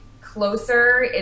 Closer